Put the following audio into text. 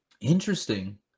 interesting